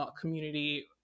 community